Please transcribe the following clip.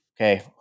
okay